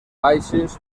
baixes